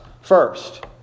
first